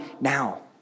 now